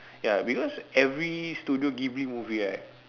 ya because every studio Ghibli movie right